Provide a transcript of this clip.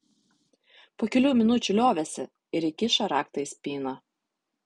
po kelių minučių liovėsi ir įkišo raktą į spyną